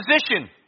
position